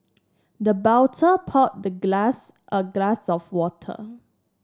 the poured the glass a glass of water